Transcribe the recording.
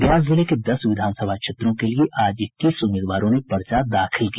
गया जिले के दस विधानसभा क्षेत्रों के लिए आज इक्कीस उम्मीदवारों ने पर्चा दाखिल किया